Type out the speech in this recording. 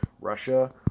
Russia